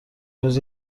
امروز